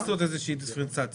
שאלה שהתחדדה אצלי דרך השאלה שלך.